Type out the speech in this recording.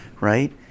Right